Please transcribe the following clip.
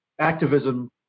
activism